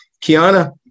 Kiana